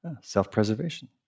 self-preservation